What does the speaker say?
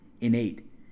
innate